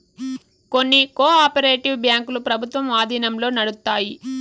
కొన్ని cooperative బ్యాంకులు ప్రభుత్వం ఆధీనంలో నడుత్తాయి